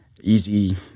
easy